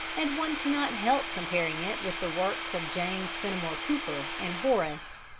and one cannot help comparing it with the works of james fenimore cooper and horace.